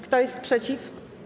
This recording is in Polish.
Kto jest przeciw?